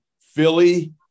Philly